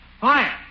Fire